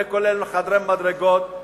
זה כולל חדרי מדרגות,